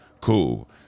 Cool